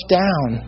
down